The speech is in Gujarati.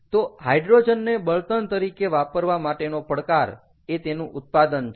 તો હાઈડ્રોજનને બળતણ તરીકે વાપરવા માટેનો પડકાર એ તેનું ઉત્પાદન છે